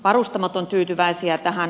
varustamot ovat tyytyväisiä tähän